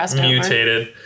mutated